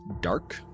dark